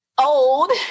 old